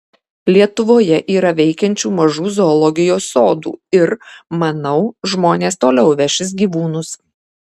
lietuvoje yra veikiančių mažų zoologijos sodų ir manau žmonės toliau vešis gyvūnus